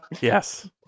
Yes